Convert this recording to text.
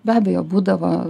be abejo būdavo